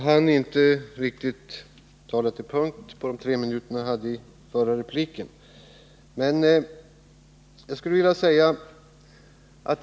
Fru talman!